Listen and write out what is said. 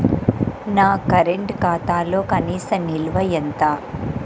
నా కరెంట్ ఖాతాలో కనీస నిల్వ ఎంత?